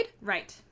right